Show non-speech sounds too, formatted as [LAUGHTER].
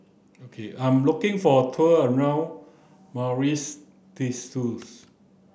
I'm looking for tour around [UNINTELLIGIBLE]